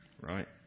Right